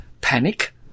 panic